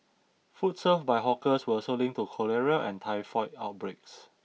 food served by hawkers were also linked to cholera and typhoid outbreaks